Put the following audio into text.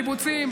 קיבוצים,